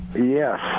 Yes